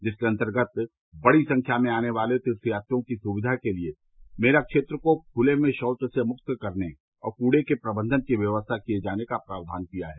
जिसके अन्तर्गत बड़ी संख्या में आने वाले तीर्थयात्रियों की सुविघा के लिए मेला क्षेत्र को खुले में शौच से मुक्त करने और कड़े के प्रबंधन की व्यवस्था किये जाने का प्रावधान है